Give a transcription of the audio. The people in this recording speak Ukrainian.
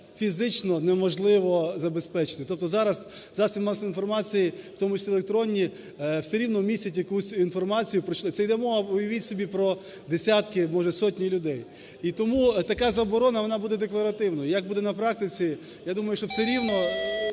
фізично неможливо забезпечити. Тобто зараз засоби масової інформації, в тому числі електронні все рівно містять якусь інформацію. Це йде мова, уявіть собі, про десятки, може, сотні людей. І тому така заборона, вона буде декларативною. Як буде на практиці? Я думаю, що все рівно